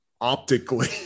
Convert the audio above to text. optically